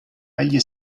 agli